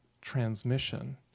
transmission